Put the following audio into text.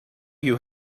you